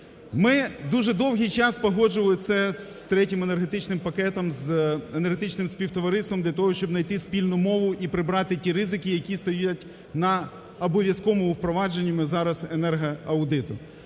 Ми дуже довгий час погоджували це з Третім енергетичним пактом, з Енергетичним Співтовариством для того, щоб знайти спільну мову і прибрати ті ризики, які стоять на обов'язковому впровадженнями зараз енергоаудиту.